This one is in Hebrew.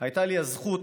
הייתה לי הזכות